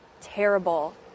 terrible